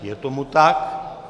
Je tomu tak.